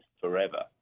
forever